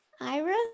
Ira